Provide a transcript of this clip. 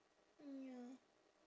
mm ya